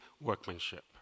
workmanship